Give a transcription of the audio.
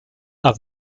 are